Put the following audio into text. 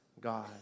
God